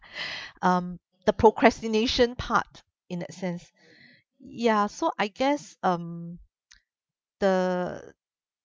um the procrastination part in that sense ya so I guess um the